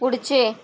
पुढचे